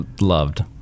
loved